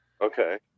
Okay